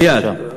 בבקשה.